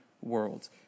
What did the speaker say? world